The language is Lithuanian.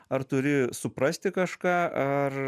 ar turi suprasti kažką ar